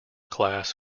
class